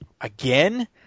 Again